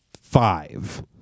five